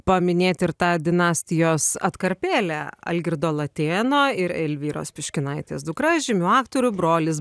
paminėt ir tą dinastijos atkarpėlę algirdo latėno ir elvyros piškinaitės dukra žymių aktorių brolis